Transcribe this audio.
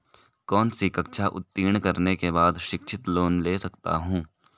कौनसी कक्षा उत्तीर्ण करने के बाद शिक्षित लोंन ले सकता हूं?